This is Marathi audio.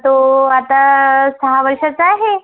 तो आता सहा वर्षाचा आहे